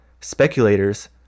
speculators